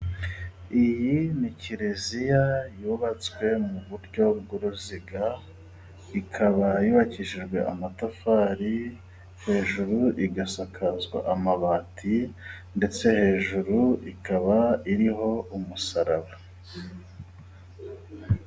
Iyi ni kiliziya yubatswe mu buryo bw'uruziga. Ikaba yubakishijwe amatafari ,hejuru igasakazwa amabati ndetse hejuru ikaba iriho umusaraba.